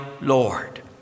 Lord